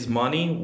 money